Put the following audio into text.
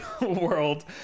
world